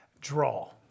draw